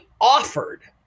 offered